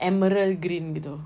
emerald green gitu